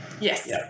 Yes